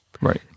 Right